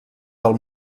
del